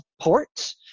ports